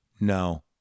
no